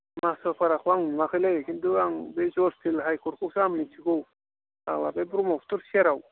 मास'फाराखौ आं नुआखैलै खिन्थु आं बै जज फिल्ड हाइकर्टखौसो आं मिथिगौ फाग्ला बे ब्रह्मपुत्र सेराव